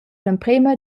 l’emprema